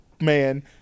man